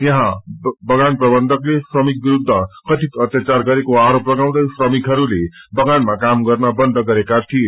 याहाँ बगान प्रबन्धकले श्रमिक विरूद्व कथित अत्याचार गरेको आरोप लागाउँदे श्रमिकहरूले बगानमा काम गर्न बन्द गरेका थिए